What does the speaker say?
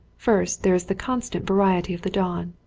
first there is the constant variety of the dawn.